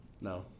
No